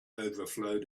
overflowed